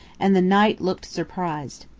and the knight looked surprised.